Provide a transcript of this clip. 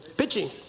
pitching